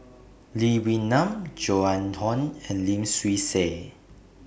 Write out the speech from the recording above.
Lee Wee Nam Joan Hon and Lim Swee Say